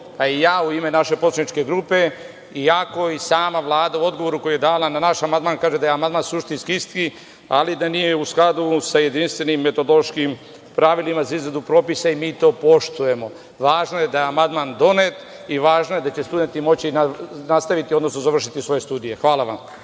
pa i ja u ime naše poslaničke grupe, iako i sama Vlada u odgovoru koji je dala za naš amandman kaže da je suštinski isti, ali da nije u skladu sa jedinstvenim metodološkim pravilima za izradu dopisa,i mi to poštujemo. Važno je da je amandman donet i važno je da će studenti moći da nastave, odnosno završe svoje studije. Hvala vam.